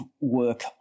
work